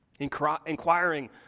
inquiring